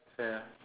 ya